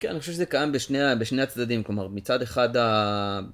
כן, אני חושב שזה קיים בשני הצדדים, כלומר מצד אחד ה...